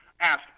ask